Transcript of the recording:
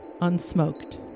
unsmoked